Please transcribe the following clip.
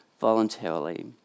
voluntarily